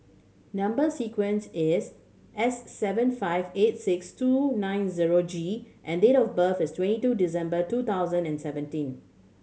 number sequence is S seven five eight six two nine zero G and date of birth is twenty two December two thousand and seventeen